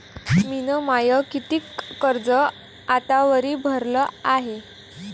मिन माय कितीक कर्ज आतावरी भरलं हाय?